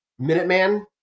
Minuteman